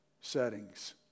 settings